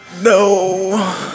No